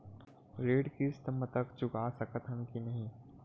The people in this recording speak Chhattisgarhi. ऋण किस्त मा तक चुका सकत हन कि नहीं?